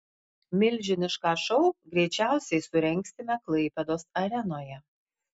milžinišką šou greičiausiai surengsime klaipėdos arenoje